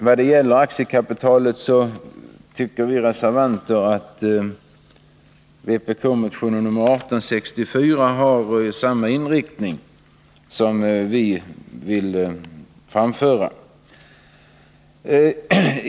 Vi reservanter tycker emellertid att vpk-motionen 1864 har samma inriktning som vi har tänkt oss.